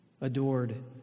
adored